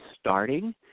starting